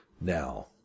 now